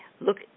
Look